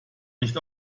nicht